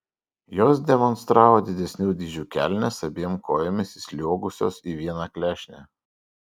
jos demonstravo didesnių dydžių kelnes abiem kojomis įsliuogusios į vieną klešnę